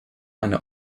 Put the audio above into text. eine